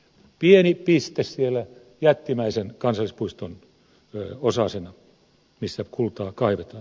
pieni piste sen jättimäisen kansallispuiston osasena missä kultaa kaivetaan